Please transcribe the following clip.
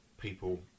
people